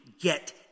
get